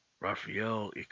Raphael